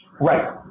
Right